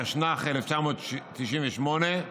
התשנ"ח 1998,